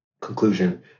conclusion